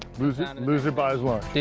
loser yeah loser buys lunch. deal,